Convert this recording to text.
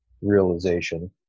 realization